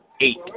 eight